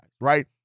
right